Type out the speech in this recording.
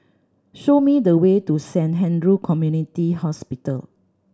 show me the way to Saint Andrew Community Hospital